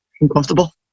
Uncomfortable